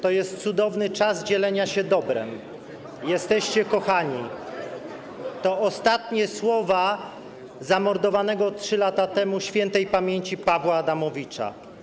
To jest cudowny czas dzielenia się dobrem, jesteście kochani - to ostatnie słowa zamordowanego 3 lata temu śp. Pawła Adamowicza.